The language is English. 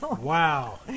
Wow